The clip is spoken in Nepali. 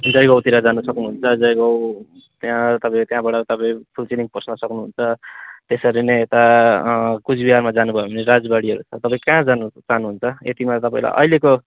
जयगाउँतिर जानु सक्नुहुन्छ जयगाउँ त्यहाँ तपाईँ त्यहाँबाट तपाईँ फुन्सिलिङ पस्न सक्नुहुन्छ त्यसरी नै यता कुचबिहारमा जानुभयो भने राजबाडीहरू छ तपाईँ कहाँ जानु चहानुहुन्छ यतिमा तपाईँलाई अहिलेको